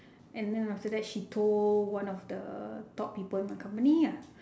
and then after that she told one of the top people in our company ah